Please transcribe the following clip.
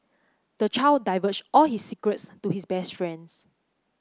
the child divulged all his secrets to his best friend